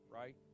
right